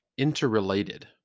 interrelated